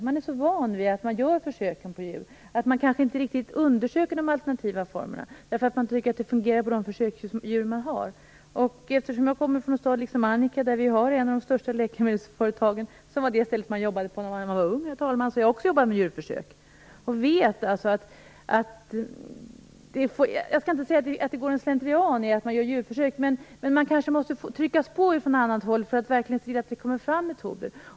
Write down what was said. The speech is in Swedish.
Man är så van vid att försöken görs på djur att man kanske inte riktigt undersöker de alternativa formerna, eftersom man tycker att det fungerar med de försöksdjur man har. Jag liksom Annika kommer från en stad där vi har ett av de största läkemedelsföretagen, och det var, herr talman, det ställe där man jobbade när man var ung. Så därför har också jag jobbat med djurförsök. Jag skall inte säga att det går slentrian i användandet av djurförsök, men kanske måste det komma påtryckningar från andra håll för att alternativa metoder skall komma fram.